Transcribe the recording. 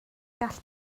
gall